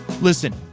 Listen